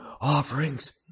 offerings